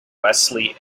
wesley